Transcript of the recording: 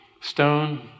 stone